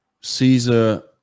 caesar